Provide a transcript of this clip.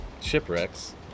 shipwrecks